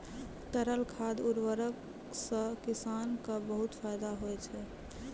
तरल खाद उर्वरक सें किसान क बहुत फैदा होय छै